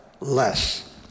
less